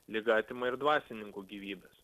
liga atima ir dvasininkų gyvybes